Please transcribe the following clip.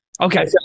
okay